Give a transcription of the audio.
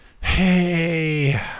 Hey